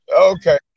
Okay